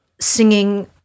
singing